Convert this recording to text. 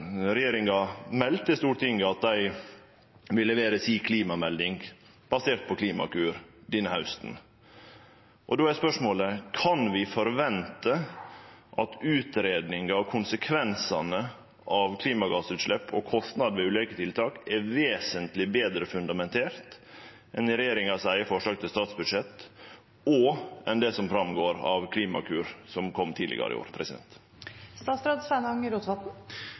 regjeringa meldt til Stortinget at dei denne hausten vil levere klimameldinga si basert på Klimakur. Då er spørsmålet: Kan vi forvente at utgreiinga av konsekvensane av klimagassutslepp og kostnadar ved ulike tiltak er vesentleg betre fundamenterte enn regjeringa sitt eige forslag til budsjett og det som går fram av Klimakur, som kom tidlegare i år?